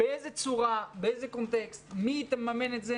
באיזו צורה, באיזה קונטקסט, מי יממן את זה